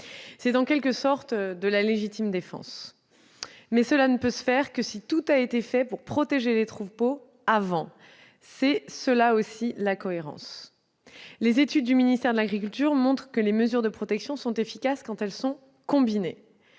C'est en quelque sorte de la légitime défense, mais cela ne peut se faire que si tout a été fait pour protéger les troupeaux avant. C'est aussi cela, la cohérence. Les études du ministère de l'agriculture montrent que les mesures de protection sont efficaces quand elles sont combinées